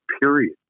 period